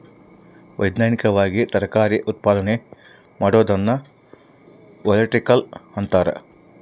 ವೈಜ್ಞಾನಿಕವಾಗಿ ತರಕಾರಿ ಉತ್ಪಾದನೆ ಮಾಡೋದನ್ನ ಒಲೆರಿಕಲ್ಚರ್ ಅಂತಾರ